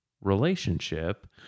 relationship